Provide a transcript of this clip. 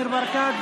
ניר ברקת,